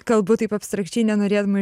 kalbu taip abstrakčiai nenorėdama